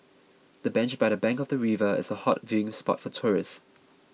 the bench by the bank of the river is a hot viewing spot for tourists